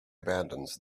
abandons